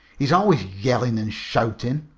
he's always yellin' an' shoutin'.